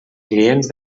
clients